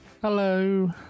Hello